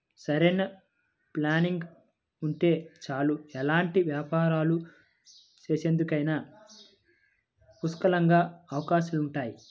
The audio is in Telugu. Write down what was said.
సరైన ప్లానింగ్ ఉంటే చాలు ఎలాంటి వ్యాపారాలు చేసేందుకైనా పుష్కలంగా అవకాశాలుంటాయి